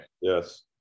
Yes